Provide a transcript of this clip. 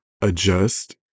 adjust